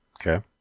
Okay